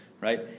right